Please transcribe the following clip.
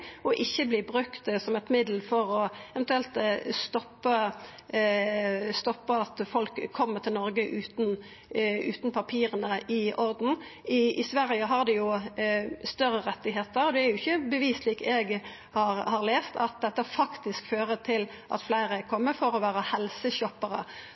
og ikkje verta brukt som eit middel til eventuelt å stoppa at folk kjem til Noreg utan papira i orden? I Sverige har dei større rettar. Det er ikkje beviseleg, etter det eg har lese, at dette faktisk fører til at fleire kjem for å verta helseshopparar. Så igjen: Er